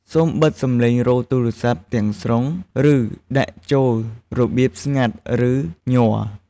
សូមបិទសំឡេងរោទ៍ទូរស័ព្ទទាំងស្រុង ឬដាក់ចូលរបៀបស្ងាត់ ឬញ័រ។